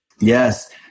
Yes